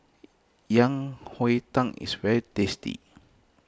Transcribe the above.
Yang Tang is very tasty